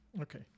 okay